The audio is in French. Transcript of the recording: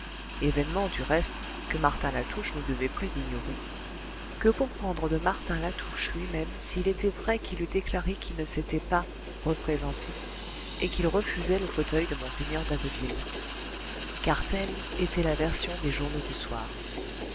ignorer que pour prendre de martin latouche lui-même s'il était vrai qu'il eût déclaré qu'il ne s'était pas représenté et qu'il refusait le fauteuil de mgr d'abbeville car telle était la version des journaux du soir